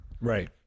Right